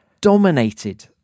dominated